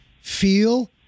feel